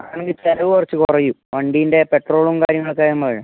അതാണെങ്കിൽ ചിലവ് കുറച്ച് കുറയു വണ്ടീൻ്റെ പെട്രോളും കാര്യങ്ങളൊക്കെ പറയാം